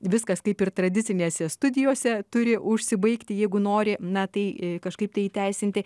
viskas kaip ir tradicinėse studijose turi užsibaigti jeigu nori na tai kažkaip tai įteisinti